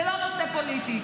זה לא נושא פוליטי.